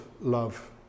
love